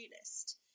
list